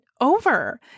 over